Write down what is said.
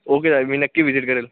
okay दादा मी नक्की विजिट करेल